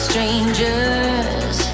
Strangers